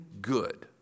good